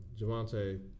Javante